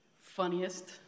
funniest